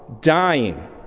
dying